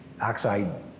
oxide